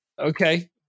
Okay